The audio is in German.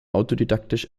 autodidaktisch